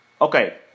okay